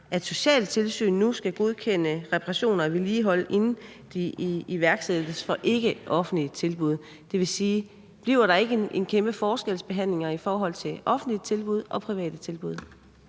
at socialtilsyn nu skal godkende reparationer og vedligehold, inden de iværksættes, for ikkeoffentlige tilbuds vedkommende? Det vil sige: Bliver der ikke en kæmpe forskelsbehandling mellem offentlige tilbud og private tilbud?